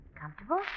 Comfortable